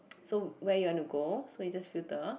so where you want you go so you just filter